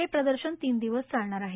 हे प्रदर्शन तीन दिवस चालणार आहे